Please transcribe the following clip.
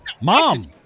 Mom